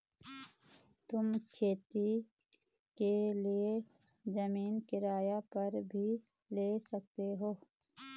तुम खेती के लिए जमीन किराए पर भी ले सकते हो